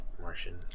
Martian